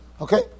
Okay